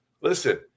Listen